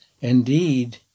indeed